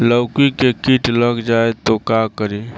लौकी मे किट लग जाए तो का करी?